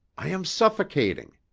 i am suffocating!